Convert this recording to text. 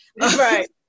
right